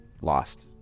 lost